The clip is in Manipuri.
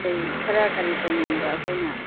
ꯀꯔꯤ ꯈꯔ ꯀꯔꯤ ꯇꯧꯅꯤꯡꯕ ꯑꯩꯈꯣꯏꯅ